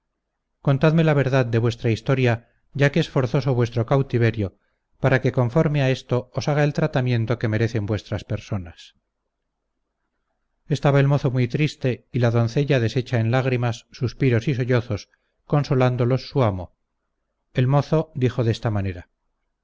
contadme la verdad de vuestra historia ya que es forzoso vuestro cautiverio para que conforme a esto os haga el tratamiento que merecen vuestras personas estaba el mozo muy triste y la doncella deshecha en lágrimas suspiros y sollozos consolándolos su amo el mozo dijo de esta manera